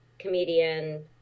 Comedian